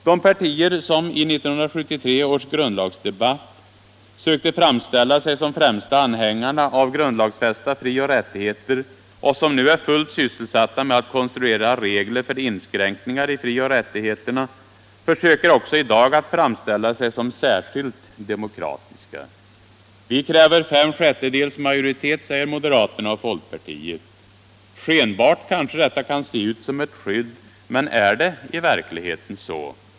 De partier som i 1973 års grundlagsdebatt sökte framställa sig som de främsta anhängarna av grundlagsfästa frioch rättigheter och som nu är fullt sysselsatta med att konstruera regler för inskräkningar i frioch rättigheterna försöker också i dag att framställa sig som särskilt demokratiska. Vi kräver fem sjättedels majoritet, säger moderaterna och folkpartiet. Skenbart kanske detta ser ut som ett skydd, men är det i verkligheten så?